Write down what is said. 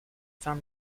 fins